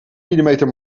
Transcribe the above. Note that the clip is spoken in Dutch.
millimeter